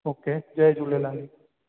okay जय झूलेलाल